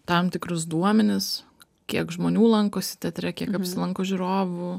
tam tikrus duomenis kiek žmonių lankosi teatre kiek apsilanko žiūrovų